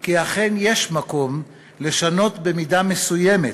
כי אכן יש מקום לשנות במידה מסוימת